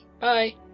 Bye